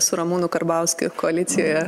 su ramūnu karbauskiu koalicijoje